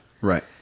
Right